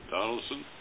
Donaldson